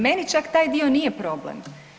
Meni čak taj dio nije problem.